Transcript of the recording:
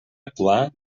actuar